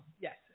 Yes